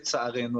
לצערנו,